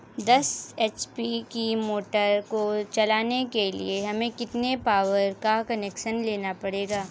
दस एच.पी की मोटर को चलाने के लिए हमें कितने पावर का कनेक्शन लेना पड़ेगा?